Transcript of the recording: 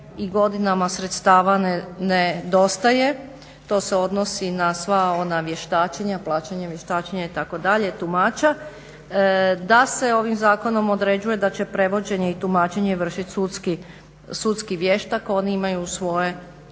godinama sredstava nedostaje. To se odnosi na sva ona vještačenja, plaćanje vještačenja itd. tumača, da se ovim zakonom određuje da će prevođenje i tumačenje vršiti sudski tumač. Oni imaju svoje